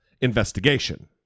investigation